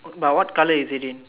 but what colour is it in